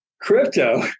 crypto